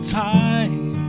time